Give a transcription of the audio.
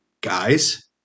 guys